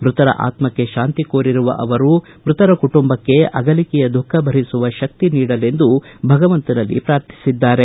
ಮೃತರ ಆತ್ಮಕ್ಷೆ ಶಾಂತಿ ಕೋರಿರುವ ಅವರು ಮೃತರ ಕುಟುಂಬಕ್ಕೆ ಅಗಲಿಕೆಯ ದುಃಖ ಭರಿಸುವ ಶಕ್ತಿ ನೀಡಲೆಂದು ಭಗವಂತನಲ್ಲಿ ಪ್ರಾರ್ಥಿಸಿದ್ದಾರೆ